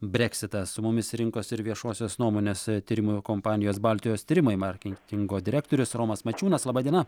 breksitas su mumis rinkos ir viešosios nuomonės tyrimų kompanijos baltijos tyrimai marketingo direktorius romas mačiūnas laba diena